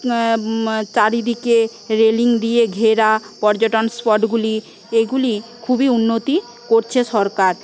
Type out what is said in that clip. চারিদিকে রেলিং দিয়ে ঘেরা পর্যটন স্পটগুলি এগুলির খুবই উন্নতি করছে সরকার